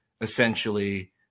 essentially